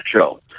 show